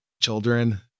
children